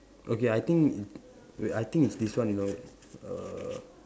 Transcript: okay I think wait I think it's this one you know err